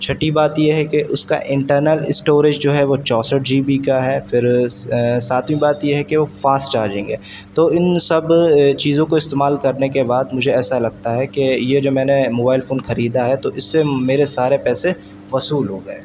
چھٹی بات یہ ہے کہ اس کا انٹرنل اسٹوریج جو ہے وہ چونسٹھ جی بی کا ہے پھر ساتویں بات یہ ہے کہ وہ فاسٹ چارجنگ ہے تو ان سب چیزوں کو استعمال کرنے کے بعد مجھے ایسا لگتا ہے کہ یہ جو میں نے موبائل فون خریدا ہے تو اس سے میرے سارے پیسے وصول ہو گئے